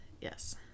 Yes